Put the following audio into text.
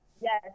Yes